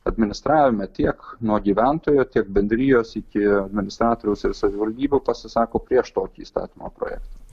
administravime tiek nuo gyventojo tiek bendrijos iki administrariaus ir savivaldybių pasisako prieš tokį įstatymo projektą